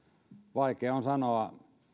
vaikea on sanoa